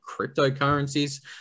cryptocurrencies